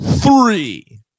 three